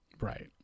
Right